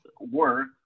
work